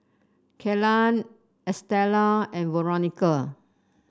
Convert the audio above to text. Kellan Estella and Veronica